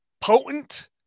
potent